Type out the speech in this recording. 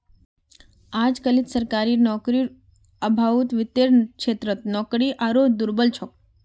अजकालित सरकारी नौकरीर अभाउत वित्तेर क्षेत्रत नौकरी आरोह दुर्लभ छोक